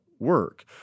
work